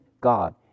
God